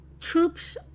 troops